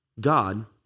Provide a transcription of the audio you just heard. God